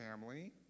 family